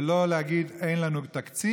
ולא להגיד: אין לנו תקציב.